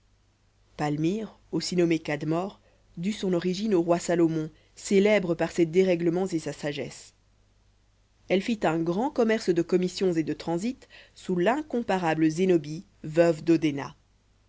palmyre aussi nommée cadmor dut son origine au roi salomon célèbre par ses dérèglements et sa sagesse elle fit un grand commerce de commissions et de transit sous l'incomparable zénobie veuve